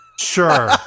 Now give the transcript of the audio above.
Sure